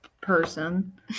person